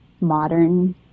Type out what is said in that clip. modern